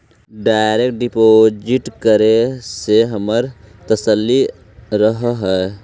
direct deposit करे से हमारा तसल्ली रहअ हई